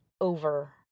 over